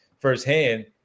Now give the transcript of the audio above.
firsthand